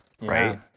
Right